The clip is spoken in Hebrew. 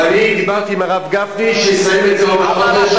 אני דיברתי עם הרב גפני שיסיים את זה עוד החודש,